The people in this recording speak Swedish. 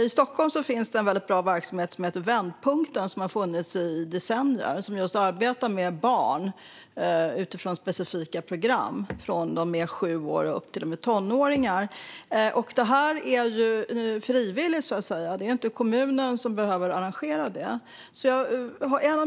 I Stockholm finns det en väldigt bra verksamhet som heter Vändpunkten, som har funnits i decennier, som just arbetar med barn utifrån specifika program. De arbetar med barn från sju år och upp till tonåringar. Detta är frivilligt, så att säga. Kommunen behöver inte arrangera det.